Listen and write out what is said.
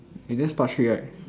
it's just part three right